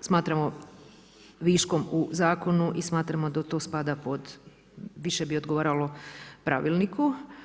smatramo viškom u zakonu i smatramo da tu spada, pod, više bi odgovaralo pravilniku.